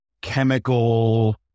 chemical